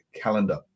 calendar